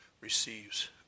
receives